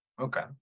okay